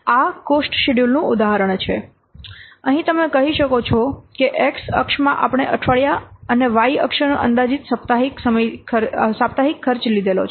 આ cost schedule નું ઉદાહરણ છે અહીં તમે કહી શકો કે x અક્ષમાં આપણે અઠવાડિયા અને વાય અક્ષોનો અંદાજિત સાપ્તાહિક ખર્ચ લીધો છે